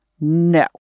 No